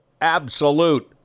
absolute